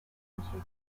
youtube